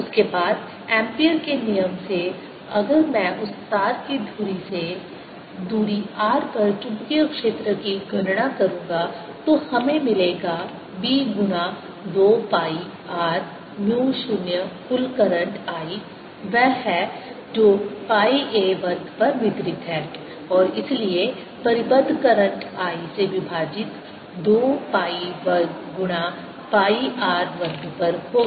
उसके बाद एम्पीयर के नियम Ampere's law से अगर मैं उस तार की धुरी से दूरी r पर चुंबकीय क्षेत्र की गणना करूँगा तो हमें मिलेगा b गुणा 2 पाई r म्यू 0 कुल करंट I वह है जो पाई a वर्ग पर वितरित है और इसलिए परिबद्ध करंट I से विभाजित 2 पाई वर्ग गुना पाई r वर्ग पर होगा